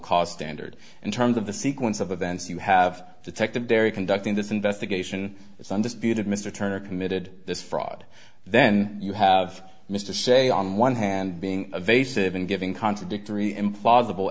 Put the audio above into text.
cause standard in terms of the sequence of events you have to take to bury conducting this investigation it's undisputed mr turner committed this fraud then you have missed to say on one hand being evasive and giving contradictory implausible